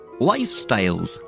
lifestyles